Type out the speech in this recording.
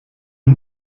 een